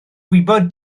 gwybod